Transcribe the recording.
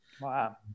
Wow